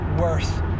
worth